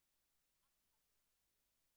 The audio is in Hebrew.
סוציאלית אין תקינה.